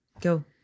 Go